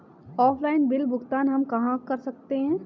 Offline bill भुगतान हम कहां कर सकते हैं?